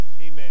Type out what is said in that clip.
amen